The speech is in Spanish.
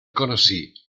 conocí